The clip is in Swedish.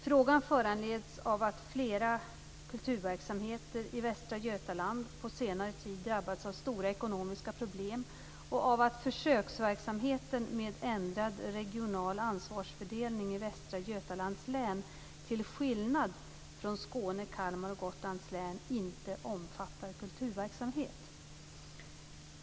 Frågan föranleds av att flera kulturverksamheter i Västra Götaland på senare tid drabbats av stora ekonomiska problem och av att försöksverksamheten med ändrad regional ansvarsfördelning i Västra Götalands län, till skillnad från Skåne, Kalmar och Gotlands län, inte omfattar kulturverksamhet.